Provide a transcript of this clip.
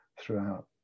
throughout